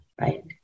right